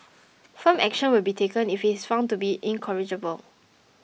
firm action will be taken if he is found to be incorrigible